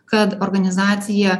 kad organizacija